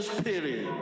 Spirit